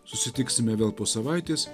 susitiksime vėl po savaitės